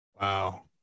wow